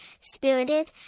spirited